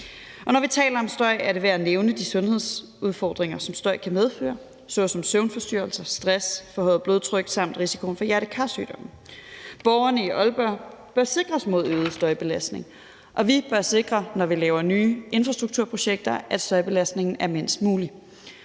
når vi taler om støj, er det værd at nævne de sundhedsudfordringer, som støj kan medføre, såsom søvnforstyrrelser, stress, forhøjet blodtryk samt risiko for hjerte-kar-sygdomme. Borgerne i Aalborg bør sikres mod øget støjbelastning, og vi bør sikre, når vi laver nye infrastrukturprojekter, at støjbelastningen er mindst mulig.